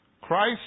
Christ